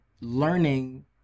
learning